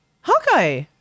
Hawkeye